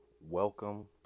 welcome